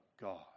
God